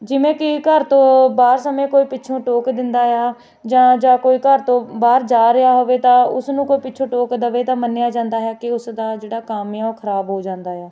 ਜਿਵੇਂ ਕਿ ਘਰ ਤੋਂ ਬਾਹਰ ਸਮੇਂ ਕੋਈ ਪਿੱਛੋਂ ਟੋਕ ਦਿੰਦਾ ਆ ਜਾਂ ਕੋਈ ਘਰ ਤੋਂ ਬਾਹਰ ਜਾ ਰਿਹਾ ਹੋਵੇ ਤਾਂ ਉਸਨੂੰ ਕੋਈ ਪਿੱਛੋਂ ਟੋਕ ਦੇਵੇ ਤਾਂ ਮੰਨਿਆ ਜਾਂਦਾ ਹੈ ਕਿ ਉਸ ਦਾ ਜਿਹੜਾ ਕੰਮ ਆ ਉਹ ਖ਼ਰਾਬ ਹੋ ਜਾਂਦਾ ਆ